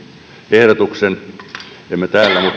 ehdotuksen mutta emme täällä